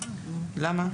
למה?